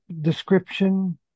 description